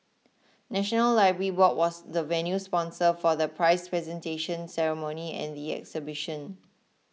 National Library Board was the venue sponsor for the prize presentation ceremony and the exhibition